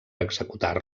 executar